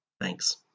Thanks